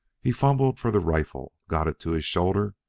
he fumbled for the rifle, got it to his shoulder,